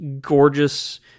gorgeous